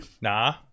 nah